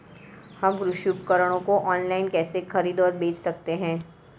हम कृषि उपकरणों को ऑनलाइन कैसे खरीद और बेच सकते हैं?